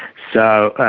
so